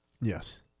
Yes